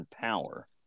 power